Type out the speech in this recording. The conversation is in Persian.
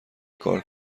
کار